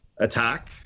attack